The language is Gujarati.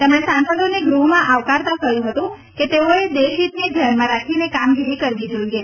તેમણે સાંસદોને ગૃહમાં આવકારતાં કહ્યું હતું કે તેઓએ દેશહિતને ધ્યાનમાં રાખીને કામગીરી કરવી જોઈએ